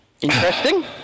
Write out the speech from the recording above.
Interesting